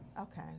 Okay